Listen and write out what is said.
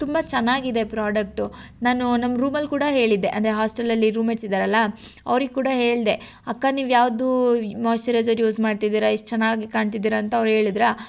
ತುಂಬ ಚೆನ್ನಾಗಿದೆ ಪ್ರಾಡಕ್ಟು ನಾನು ನಮ್ಮ ರೂಮಲ್ಲಿ ಕೂಡ ಹೇಳಿದ್ದೆ ಅಂದರೆ ಹಾಸ್ಟೆಲಲ್ಲಿ ರೂಮ್ಮೇಟ್ಸ್ ಇದ್ದಾರಲ್ಲ ಅವ್ರಿಗೆ ಕೂಡ ಹೇಳಿದೆ ಅಕ್ಕ ನೀವು ಯಾವುದು ಮಾಯಿಶ್ಚರೈಸರ್ ಯೂಸ್ ಮಾಡ್ತಿದ್ದೀರ ಎಷ್ಟು ಚೆನ್ನಾಗಿ ಕಾಣ್ತಿದ್ದೀರ ಅಂತ ಅವ್ರು ಹೇಳಿದ್ರ